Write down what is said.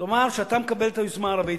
תאמר שאתה מקבל את היוזמה הערבית,